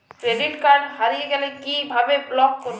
Credit card হারিয়ে গেলে কি ভাবে ব্লক করবো?